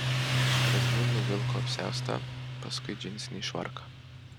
iš pradžių nuvilko apsiaustą paskui džinsinį švarką